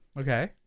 Okay